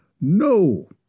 No